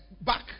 back